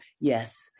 yes